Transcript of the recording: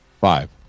Five